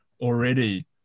already